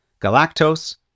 galactose